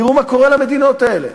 תראו מה קורה למדינות האלה.